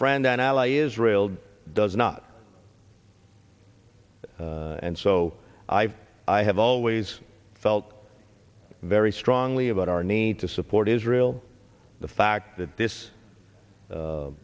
friend and ally israel does not and so i i have always felt very strongly about our need to support israel the fact that this